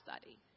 study